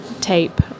tape